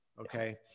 okay